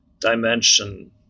dimension